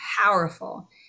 powerful